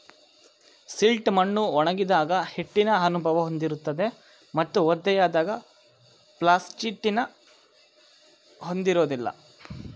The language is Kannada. ಸಿಲ್ಟ್ ಮಣ್ಣು ಒಣಗಿದಾಗ ಹಿಟ್ಟಿನ ಅನುಭವ ಹೊಂದಿರುತ್ತದೆ ಮತ್ತು ಒದ್ದೆಯಾದಾಗ ಪ್ಲಾಸ್ಟಿಟಿನ ಹೊಂದಿರೋದಿಲ್ಲ